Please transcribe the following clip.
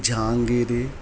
jangri